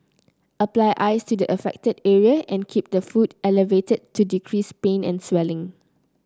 apply ice to the affected area and keep the foot elevated to decrease pain and swelling